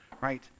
right